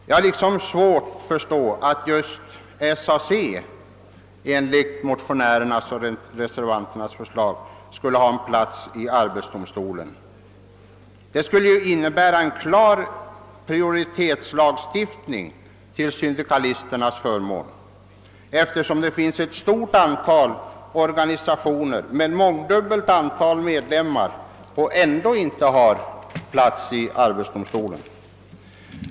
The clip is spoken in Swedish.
Jag har svårt att inse att just SAC skulle ha en representant i arbetsdomstolen, som motionärerna och reservanterna föreslår. Det skulle innebära en klar prioritetslagstiftning till syndikalisternas förmån, eftersom vi har ett stort antal organisationer med mångdubbelt större antal medlemmar än SAC vilka ändå inte har plats i arbetsdomstolen.